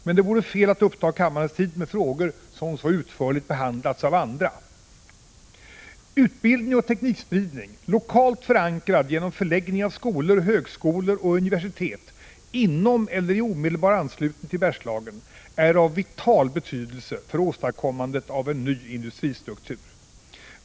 Men det vore fel att uppta kammarens tid med frågor som så utförligt behandlats av andra! Utbildning och teknikspridning, lokalt förankrad genom förläggning av skolor, högskolor och universitet inom eller i omedelbar anslutning till Bergslagen, är av vital betydelse för åstadkommande av en ny industristruktur.